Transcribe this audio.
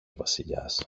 βασιλιάς